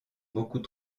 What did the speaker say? beaucoup